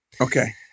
okay